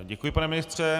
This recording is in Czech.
Děkuji, pane ministře.